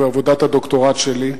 בעבודת הדוקטורט שלי.